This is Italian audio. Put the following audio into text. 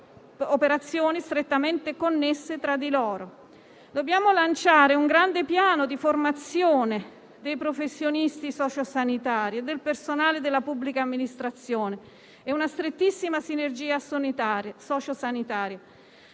operazioni strettamente connesse tra di loro. Dobbiamo lanciare un grande piano di formazione dei professionisti socio-sanitari e del personale della pubblica amministrazione, con una strettissima sinergia socio-sanitaria.